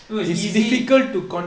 no it's easy